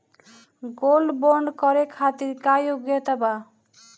Gold bond करे खातिर का योग्यता बा?